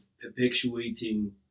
perpetuating